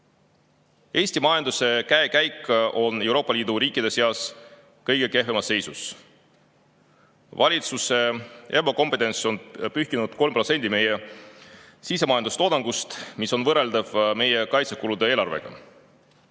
Eesti majanduse käekäik on Euroopa Liidu riikide seas kõige kehvemas seisus. Valitsuse ebakompetents on pühkinud 3% meie sisemajanduse kogutoodangust, mis on võrreldav meie kaitsekulude eelarvega.